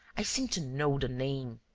i seem to know the name.